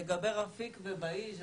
לגבי רפיק ובהיג',